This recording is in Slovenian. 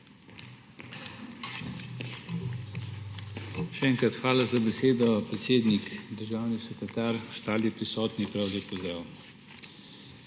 hvala za besedo, predsednik. Državni sekretar, ostali prisotni prav lep